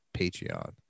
Patreon